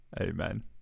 amen